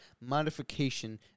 modification